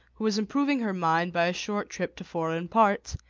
who was improving her mind by a short trip to foreign parts,